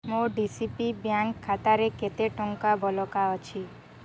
ମୋ D C B bank ଖାତାରେ କେତେ ଟଙ୍କା ବଳକା ଅଛି